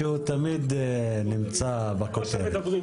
מי בעד הפיכת המדינה הזו למדינת כל אזרחיה ומי נגד.